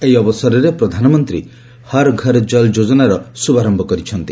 ଏହି ଅବସରରେ ପ୍ରଧାନମନ୍ତ୍ରୀ ହର୍ ଘର୍ ଜଲ୍ ଯୋଜନାର ଶୁଭାରମ୍ଭ କରିଛନ୍ତି